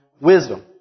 wisdom